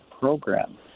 program